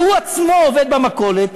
שהוא עצמו עובד במכולת,